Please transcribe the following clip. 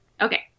Okay